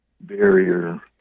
barrier